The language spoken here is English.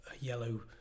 yellow